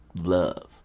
love